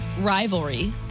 rivalry